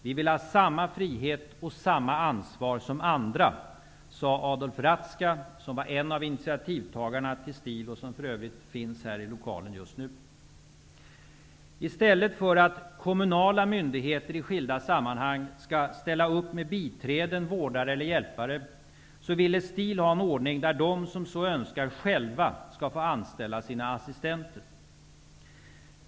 Vi vill ha samma frihet och samma ansvar som andra, sade Adolf Ratzka som var en av initiativtagarna till STIL och som för övrigt finns här i kammaren just nu. I stället för att kommunala myndigheter i skilda sammanhang skall ställa upp med biträden, vårdare eller hjälpare ville STIL ha ordningen att de som så önskade själva skulle få anställa sina assistenter.